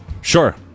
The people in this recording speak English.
Sure